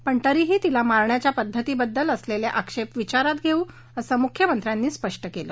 पण तरीही तिला मारण्याबद्दल असलेले आक्षेप विचारात घेऊ असं मुख्यमंत्र्यांनी स्पष्ट केलं